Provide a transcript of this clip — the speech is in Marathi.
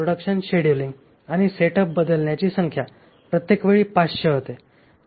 प्रोडक्शन शेड्यूलिंग आणि सेटअप बदलण्याची संख्या प्रत्येकावेळी 500 होते